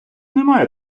немає